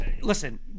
listen